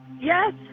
Yes